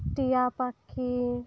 ᱢᱤᱨᱩ ᱪᱮᱬᱮ